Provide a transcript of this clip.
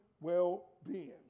well-being